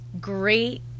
great